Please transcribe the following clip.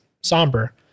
somber